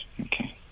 Okay